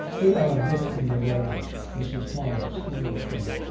they are a bit in the way mrs. torrance, foolishly,